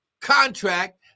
contract